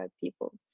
people